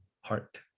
heart